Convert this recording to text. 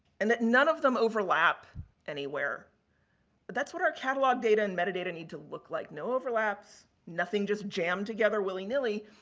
and that none of them overlap anywhere. anywhere. but that's what our catalog data and metadata need to look like, no overlaps, nothing just jammed together willy-nilly,